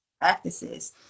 practices